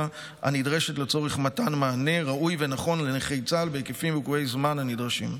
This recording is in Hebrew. הנדרשת לצורך מתן מענה ראוי ונכון לנכי צה"ל בהיקפים ובזמן הנדרשים.